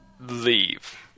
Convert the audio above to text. leave